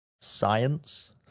Science